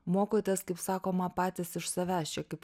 mokotės kaip sakoma patys iš savęs čia kaip